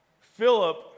Philip